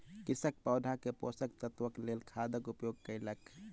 कृषक पौधा के पोषक तत्वक लेल खादक उपयोग कयलक